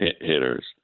hitters